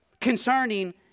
concerning